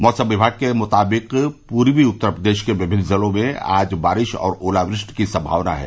मौसम विभाग के मुताबिक पूर्वी उत्तर प्रदेश विभिन्न जिलों में भी आज बारिश और ओलावृष्टि की सम्भावना है